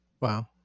Wow